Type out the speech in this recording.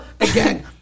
again